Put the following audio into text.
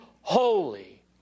Holy